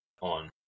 on